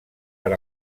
per